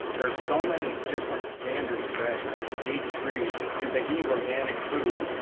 there are so many different standards for eggs. there's a cage-free. did they eat organic food?